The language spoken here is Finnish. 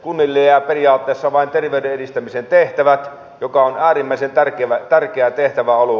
kunnille jäävät periaatteessa vain terveyden edistämisen tehtävät joka on äärimmäisen tärkeä tehtäväalue